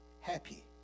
happy